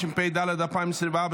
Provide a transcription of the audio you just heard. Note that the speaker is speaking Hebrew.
התשפ"ד 2024,